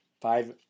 Five